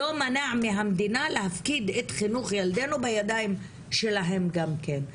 לא מונע מהמדינה להפקיד את חינוך ילדנו בידיים שלהן גם כן.